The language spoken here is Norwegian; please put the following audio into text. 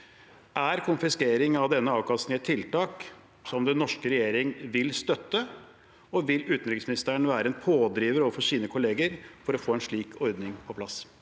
Er konfiskering av denne avkastningen et tiltak som den norske regjering vil støtte, og vil utenriksministeren være en pådriver overfor sine kollegaer for å få en slik ordning på plass?